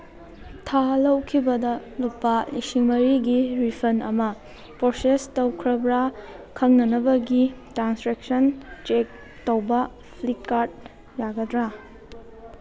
ꯊꯥ ꯂꯧꯈꯤꯕꯗ ꯂꯨꯄꯥ ꯂꯤꯁꯤꯡ ꯃꯔꯤꯒꯤ ꯔꯤꯐꯟ ꯑꯃ ꯄ꯭ꯔꯣꯁꯦꯁ ꯇꯧꯈ꯭ꯔꯕ꯭ꯔꯥ ꯈꯪꯅꯅꯕꯒꯤ ꯇ꯭ꯔꯥꯟꯖꯦꯛꯁꯟ ꯆꯦꯛ ꯇꯧꯕ ꯐ꯭ꯂꯤꯞꯀꯥꯔꯠ ꯌꯥꯒꯗ꯭ꯔꯥ